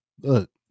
look